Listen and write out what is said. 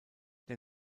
der